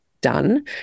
done